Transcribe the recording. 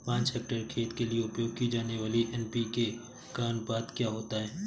पाँच हेक्टेयर खेत के लिए उपयोग की जाने वाली एन.पी.के का अनुपात क्या होता है?